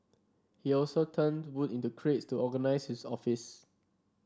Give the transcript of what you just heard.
he also turned wood into crates to organise his office